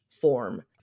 form